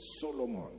Solomon